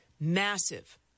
Massive